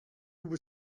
were